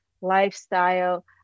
lifestyle